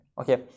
Okay